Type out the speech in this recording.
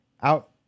out